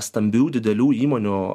stambių didelių įmonių